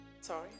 Sorry